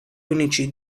unici